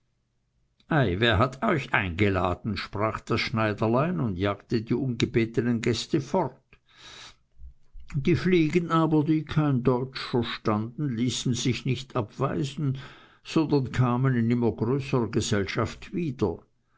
ei wer hat euch eingeladen sprach das schneiderlein und jagte die ungebetenen gäste fort die fliegen aber die kein deutsch verstanden ließen sich nicht abweisen sondern kamen in immer größerer gesellschaft wieder